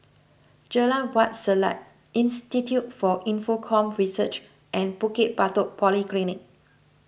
Jalan Wak Selat Institute for Infocomm Research and Bukit Batok Polyclinic